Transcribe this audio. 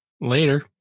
Later